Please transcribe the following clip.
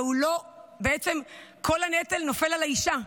ובעצם כל הנטל נופל על האישה,